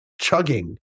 chugging